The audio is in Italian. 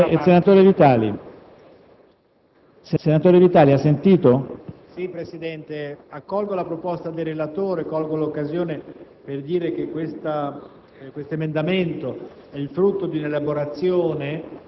in maniera chiara ed efficiente. Se il collega Vitali accetta la trasformazione del primo periodo del secondo comma in ordine del giorno il parere sarebbe favorevole.